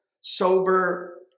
sober